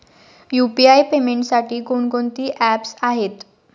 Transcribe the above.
UPI पेमेंटसाठी कोणकोणती apps आहेत?